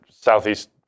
Southeast